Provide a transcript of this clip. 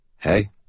Hey